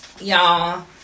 Y'all